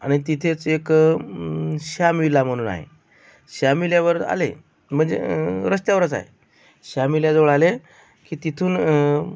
आणि तिथेच एक श्याम व्हिला म्हणून आहे श्याम व्हिल्यावर आले म्हणजे रस्त्यावरच आहे श्याम व्हिल्याजवळ आले की तिथून